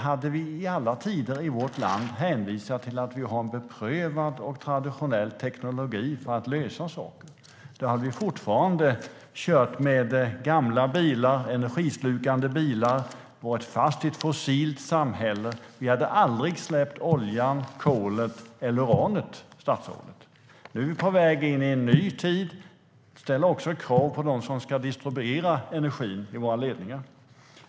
Hade vi i alla tider i vårt land hänvisat till beprövad och traditionell teknik för att lösa olika frågor hade vi fortfarande kört med gamla energislukande bilar, suttit fast i ett fossilt samhälle och aldrig tillåtit olja, kol eller uran. Nu är vi på väg in i en ny tid. Det ställer också krav på dem som ska distribuera energi i våra ledningar.